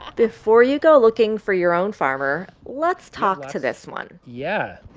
before you go looking for your own farmer, let's talk to this one yeah,